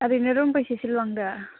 ओरैनो रुम बेसेसो लांदो